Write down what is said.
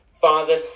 Father